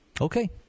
Okay